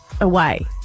away